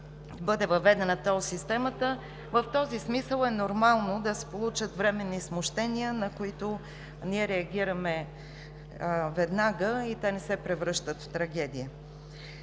бъде въведена тол системата. В този смисъл е нормално да се получат временни смущения, на които ние реагираме веднага и те не се превръщат в трагедия.